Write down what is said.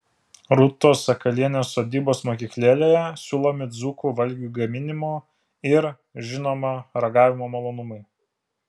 rūtos sakalienės sodybos mokyklėlėje siūlomi dzūkų valgių gaminimo ir žinoma ragavimo malonumai